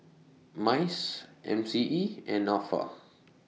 Mice M C E and Nafa